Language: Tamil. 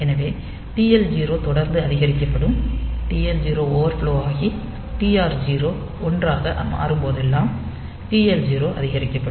எனவே TL 0 தொடர்ந்து அதிகரிக்கப்படும் TL 0 ஓவர்ஃப்லோ ஆகி TR 0 1 ஆக மாறும் போதெல்லாம் TL 0 அதிகரிக்கப்படும்